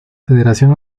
federación